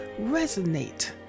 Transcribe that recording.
resonate